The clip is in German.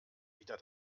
wieder